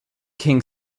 king